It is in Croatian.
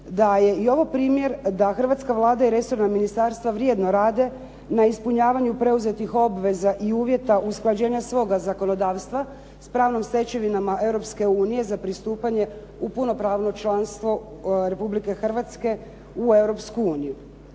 da je i ovo primjer da hrvatska Vlada i resorna ministarstva vrijedno rade na ispunjavanju preuzetih obveza i uvjeta usklađenja svoga zakonodavstva s pravnim stečevinama Europske unije za pristupanje u punopravno članstvo Republike Hrvatske u